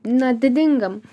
na didingam